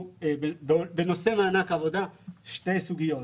בנושא מענק העבודה יש שתי סוגיות.